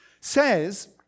says